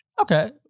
Okay